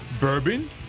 bourbon